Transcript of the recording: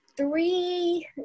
three